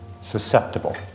susceptible